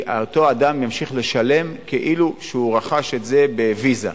אותו אדם ימשיך לשלם כאילו הוא רכש את זה ב"ויזה".